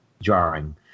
jarring